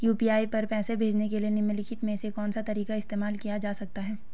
UPI पर पैसे भेजने के लिए निम्नलिखित में से कौन सा तरीका इस्तेमाल किया जा सकता है?